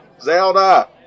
Zelda